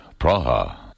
Praha